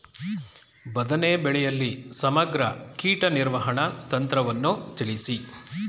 ಬದನೆ ಬೆಳೆಯಲ್ಲಿ ಸಮಗ್ರ ಕೀಟ ನಿರ್ವಹಣಾ ತಂತ್ರವನ್ನು ತಿಳಿಸಿ?